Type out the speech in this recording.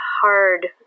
hard